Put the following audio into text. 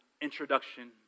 introduction